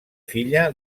filla